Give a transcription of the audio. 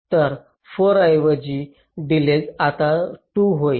तर 4 ऐवजी डिलेज आता 2 होईल